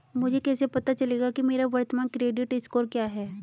मुझे कैसे पता चलेगा कि मेरा वर्तमान क्रेडिट स्कोर क्या है?